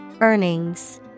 Earnings